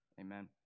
Amen